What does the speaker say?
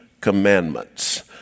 commandments